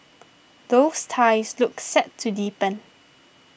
those ties look set to deepen